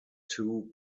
two